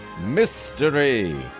mystery